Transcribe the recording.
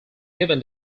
given